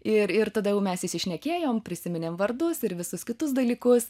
ir ir tada jau mes įsišnekėjom prisiminėm vardus ir visus kitus dalykus